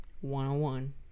one-on-one